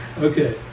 okay